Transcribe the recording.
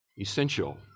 Essential